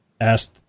asked